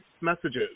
messages